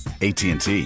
ATT